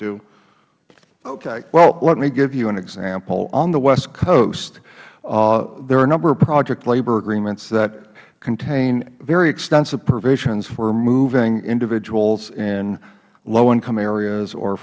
belman okay well let me give you an example on the west coast there are a number of project labor agreements that contain very extensive provisions for moving individuals in low income areas or